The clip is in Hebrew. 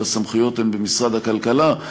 אבל הסמכויות הן במשרד הכלכלה.